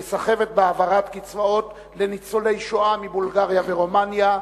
הנושא: סחבת בהעברת קצבאות לניצולי השואה מבולגריה ומרומניה.